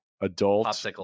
Adult